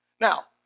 Now